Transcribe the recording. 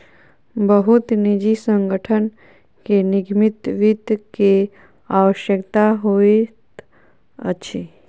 बहुत निजी संगठन के निगमित वित्त के आवश्यकता होइत अछि